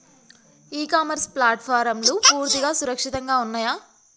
ఇ commerce ప్లాట్ఫారమ్లు పూర్తిగా సురక్షితంగా ఉన్నయా?